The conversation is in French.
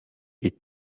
est